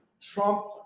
Trump